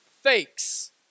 fakes